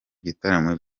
gitaramo